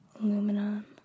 Aluminum